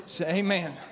Amen